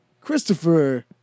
Christopher